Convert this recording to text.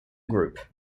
group